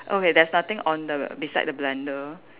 okay there's nothing on the beside the blender